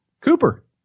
Cooper